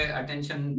attention